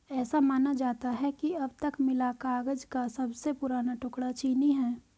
ऐसा माना जाता है कि अब तक मिला कागज का सबसे पुराना टुकड़ा चीनी है